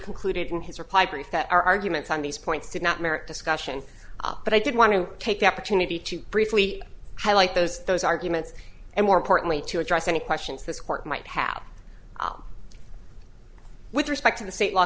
concluded in his reply brief that our arguments on these points did not merit discussion but i did want to take the opportunity to briefly highlight those those arguments and more importantly to address any questions this court might have with respect to the state law